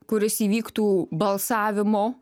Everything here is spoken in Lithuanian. kuris įvyktų balsavimo